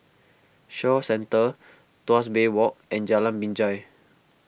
Shaw Centre Tuas Bay Walk and Jalan Binjai